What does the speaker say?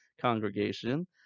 congregation